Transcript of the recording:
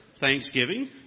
thanksgiving